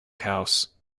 house